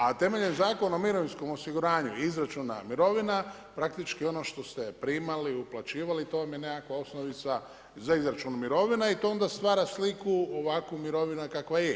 A temeljem Zakona o mirovinskom osiguranju i izračuna mirovina praktički ono što ste primali, uplaćivali to vam je nekakva osnovica za izračun mirovina i to onda stvara sliku ovakvu mirovina kakva je.